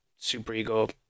superego